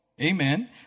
Amen